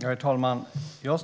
Fru talman! Jag